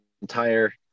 entire